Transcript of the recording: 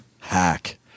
Hack